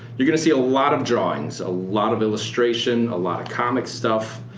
you're gonna see a lot of drawings. a lot of illustration, a lot of comic stuff.